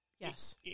Yes